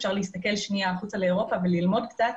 אפשר להסתכל לרגע על אירופה וללמוד קצת,